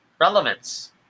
Relevance